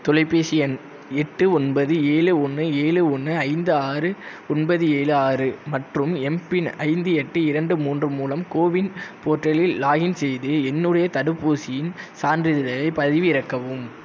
தொலைபேசி எண் எட்டு ஒன்பது ஏழு ஒன்று ஏழு ஒன்று ஐந்து ஆறு ஒன்பது ஏழு ஆறு மற்றும் எம்பின் ஐந்து எட்டு இரண்டு மூன்று மூலம் கோவின் போர்ட்டலில் லாக்இன் செய்து என்னுடைய தடுப்பூசியின் சான்றிதழைப் பதிவிறக்கவும்